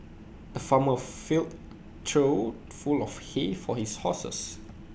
the farmer filled trough full of hay for his horses